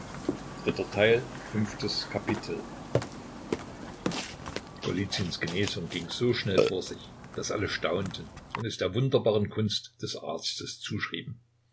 golizyns genesung ging so schnell vor sich daß alle staunten und es der wunderbaren kunst des arztes zuschrieben